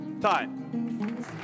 time